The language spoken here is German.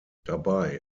dabei